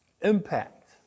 impact